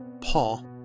Paul